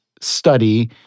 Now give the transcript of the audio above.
study